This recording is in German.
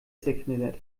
zerknittert